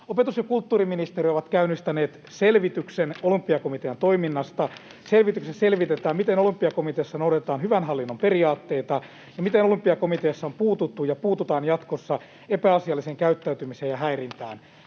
Opetus‑ ja kulttuuriministeriö on käynnistänyt selvityksen Olympiakomitean toiminnasta. Selvityksessä selvitetään, miten Olympiakomiteassa noudatetaan hyvän hallinnon periaatteita ja miten Olympiakomiteassa on puututtu ja puututaan jatkossa epäasialliseen käyttäytymiseen ja häirintään.